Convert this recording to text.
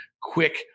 quick